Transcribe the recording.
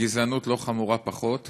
גזענות לא פחות חמורה.